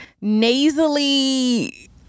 nasally